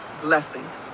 Blessings